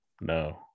No